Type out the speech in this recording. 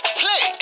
play